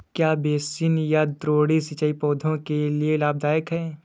क्या बेसिन या द्रोणी सिंचाई पौधों के लिए लाभदायक है?